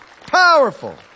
powerful